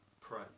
pray